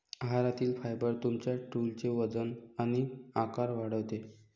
आहारातील फायबर तुमच्या स्टूलचे वजन आणि आकार वाढवते